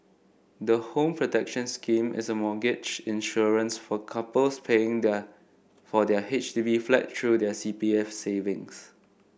the Home Protection Scheme is a mortgage insurance for couples paying their for their H D B flat through their C P F savings